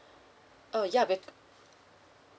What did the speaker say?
uh ya with